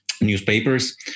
newspapers